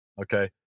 okay